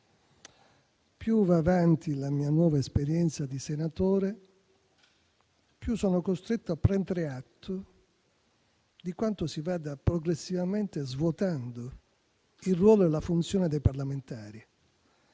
Più va avanti la mia nuova esperienza di senatore, più sono costretto a prendere atto di quanto si vadano progressivamente svuotando il ruolo e la funzione dei parlamentari